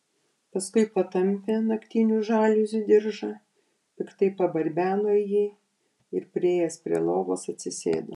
paskui patampė naktinių žaliuzių diržą piktai pabarbeno į jį ir priėjęs prie lovos atsisėdo